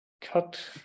cut